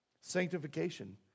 Sanctification